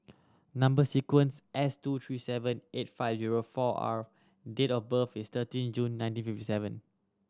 number sequence S two three seven eight five zero four R date of birth is thirteen June nineteen fifty seven